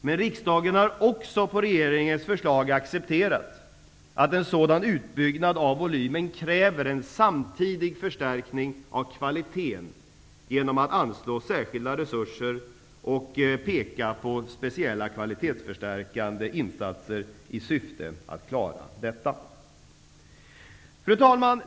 Men riksdagen har också på regeringens förslag accepterat att en sådan utbyggnad av volymen kräver en samtidig förstärkning av kvaliteten, och man har därför anslagit särskilda resurser och pekat på speciella kvalitetsförstärkande insatser i syfte att klara detta. Fru talman!